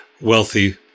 wealthy